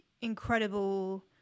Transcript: Incredible